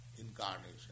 incarnation